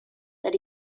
that